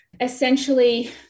Essentially